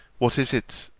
what is it,